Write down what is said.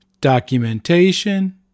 documentation